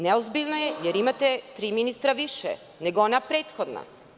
Neozbiljna je jer imate tri ministra više nego ona prethodna.